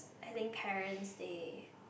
I think parents they